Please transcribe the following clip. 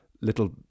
little